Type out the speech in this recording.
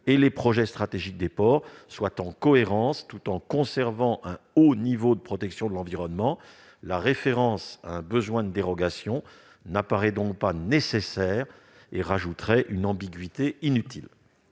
et les projets stratégiques des ports sont en cohérence, tout en conservant un haut niveau de protection de l'environnement. La référence à une dérogation n'apparaît donc pas nécessaire et crée une ambiguïté inutile.